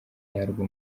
yarwo